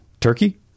Turkey